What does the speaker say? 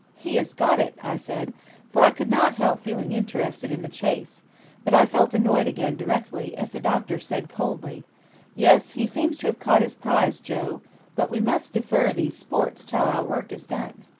he has got it, i said for i could not help feeling interested in the chase but i felt annoyed again directly, as the doctor said coldly yes he seems to have caught his prize, joe but we must defer these sports till our work is done.